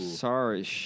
Sorry